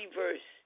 verse